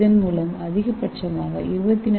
இதன் மூலம் அதிகபட்சமாக 24 என்